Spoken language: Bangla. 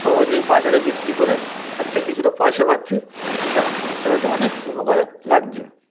সহজেই বাজারে বিক্রি করে তার থেকে কিছুটা পয়সা পাচ্ছি যেটা আমার সংসার চালাতে অনেক উপকারে লাগছে